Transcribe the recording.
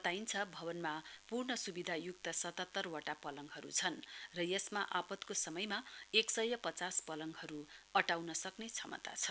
बताइन्छ भवनमा पूर्म सुविधायुक्त सतातरवटा पलङ्हरू छन् र यसमा आपतको सयमा एक सय पचास पलडहरू अठाउन सक्ने क्षमता छ